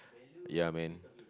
ya man